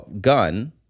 gun